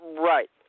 Right